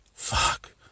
Fuck